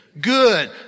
good